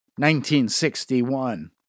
1961